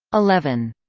eleven.